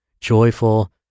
joyful